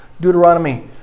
Deuteronomy